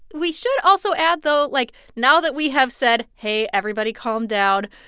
we should also add, though, like, now that we have said, hey, everybody calm down,